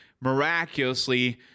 miraculously